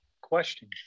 question